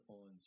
on